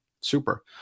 super